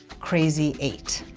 krazy eight,